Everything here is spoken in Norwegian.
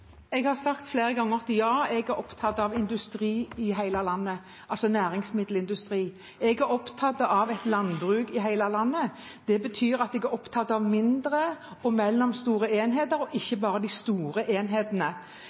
Jeg har flere ganger sagt at ja, jeg er opptatt av industri i hele landet, altså næringsmiddelindustri. Jeg er opptatt av et landbruk i hele landet. Det betyr at jeg er opptatt av mindre og mellomstore enheter, ikke bare de store enhetene.